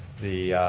the